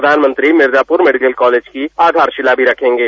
प्रधानमंत्री Mirzapur medical college की आधारशिला भी रखेंगे